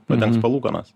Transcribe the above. padengs palūkanas